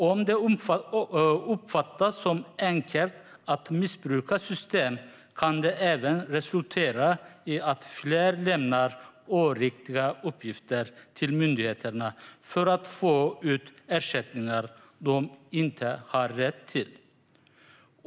Om det uppfattas som enkelt att missbruka system kan det även resultera i att fler lämnar oriktiga uppgifter till myndigheterna för att få ut ersättningar de inte har rätt till.